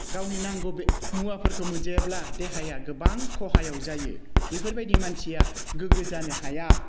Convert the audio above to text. गावनि नांगौ मुवाफोरखौ मोनजायाब्ला देहाया गोबां खहायाव जायो बेफोरबायदि मानसिया गोग्गो जानो हाया